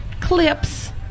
clips